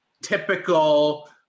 typical